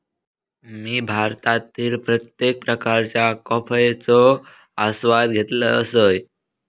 मी भारतातील प्रत्येक प्रकारच्या कॉफयेचो आस्वाद घेतल असय